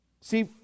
See